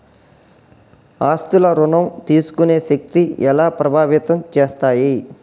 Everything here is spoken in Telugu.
ఆస్తుల ఋణం తీసుకునే శక్తి ఎలా ప్రభావితం చేస్తాయి?